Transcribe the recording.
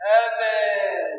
Heaven